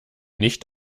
nicht